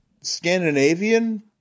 Scandinavian